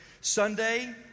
Sunday